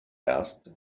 asked